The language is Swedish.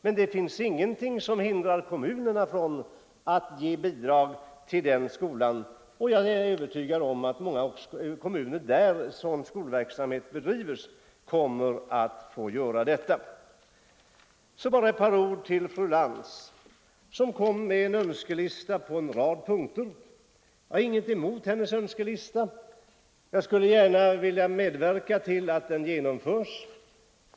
Men det finns ingenting som hindrar kommunerna från att ge bidrag till den skolformen. Och jag är övertygad om att många kommuner där sådan skolverksamhet bedrivs kommer att ge sådant bidrag. Sedan bara ett par ord till fru Lantz som kom med en önskelista på en rad punkter. Jag har ingenting emot fru Lantz” önskelista. Jag skulle gärna medverka till att hennes önskningar förverkligas.